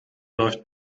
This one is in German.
läuft